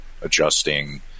adjusting